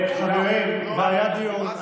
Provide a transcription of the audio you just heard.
חברים, זה היה דיון.